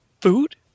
Food